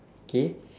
K